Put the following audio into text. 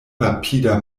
rapida